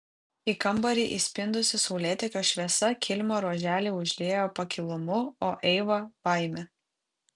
į kambarį įspindusi saulėtekio šviesa kilimo ruoželį užliejo pakilumu o eivą baime